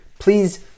Please